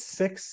six